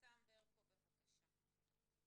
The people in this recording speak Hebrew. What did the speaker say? נצ"מ ברקוביץ בבקשה.